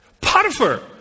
Potiphar